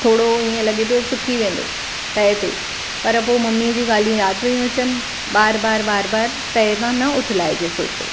थोरो इअं लॻे पियो सुकी वेंदो तए ते पर पोइ मम्मी जी ॻाल्हियूं यादि पेयूं अचनि बार बार बार बार तए था न उथलाइजे फुल्को